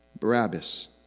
Barabbas